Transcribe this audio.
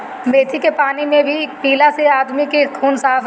मेथी के पानी में भे के पियला से आदमी के खून साफ़ रहेला